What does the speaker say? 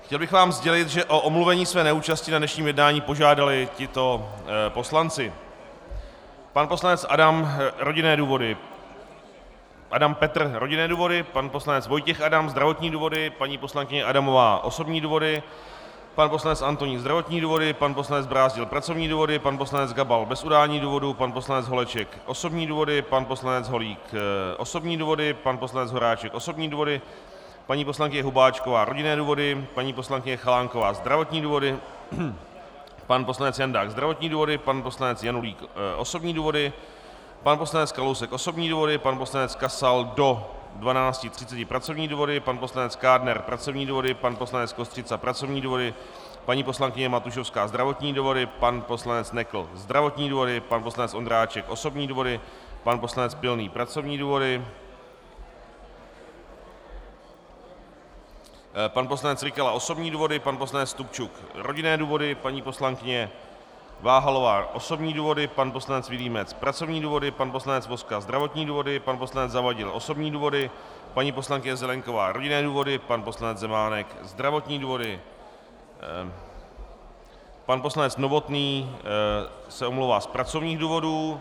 Chtěl bych vám sdělit, že o omluvení své neúčasti na dnešním jednání požádali tito poslanci: pan poslanec Adam Petr rodinné důvody, pan poslanec Vojtěch Adam zdravotní důvody, paní poslankyně Adamová osobní důvody, pan poslanec Antonín zdravotní důvody, pan poslanec Brázdil pracovní důvody, pan poslanec Gabal bez udání důvodu, pan poslanec Holeček osobní důvody, pan poslanec Holík osobní důvody, pan poslanec Horáček osobní důvody, paní poslankyně Hubáčková rodinné důvody, paní poslankyně Chalánková zdravotní důvody, pan poslanec Jandák zdravotní důvody, pan poslanec Janulík osobní důvody, pan poslanec Kalousek osobní důvody, pan poslanec Kasal do 12.30 hodin pracovní důvody, pan poslanec Kádner pracovní důvody, pan poslanec Kostřica pracovní důvody, paní poslankyně Matušovská zdravotní důvody, pan poslanec Nekl zdravotní důvody, pan poslanec Ondráček osobní důvody, pan poslanec Pilný pracovní důvody, pan poslanec Rykala osobní důvody, pan poslanec Stupčuk rodinné důvody, paní poslankyně Váhalová osobní důvody, pan poslanec Vilímec pracovní důvody, pan poslanec Vozka zdravotní důvody, pan poslanec Zavadil osobní důvody, paní poslankyně Zelienková rodinné důvody, pan poslanec Zemánek zdravotní důvody, pan poslanec Novotný se omlouvá z pracovních důvodů.